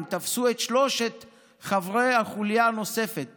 תפסו את שלושת חברי החוליה הנוספים